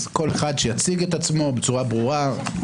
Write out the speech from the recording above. אז שכל אחד יציג את עצמו בצורה ברורה.